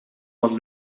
van